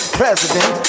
president